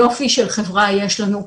יופי של חברה יש לנו,